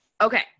okay